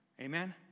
Amen